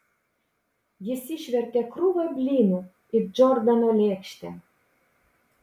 jis išvertė krūvą blynų į džordano lėkštę